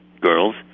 girls